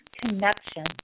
Connection